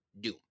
Doom